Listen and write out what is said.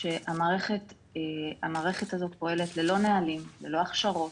שהמערכת הזאת פועלת ללא נהלים, ללא הכשרות,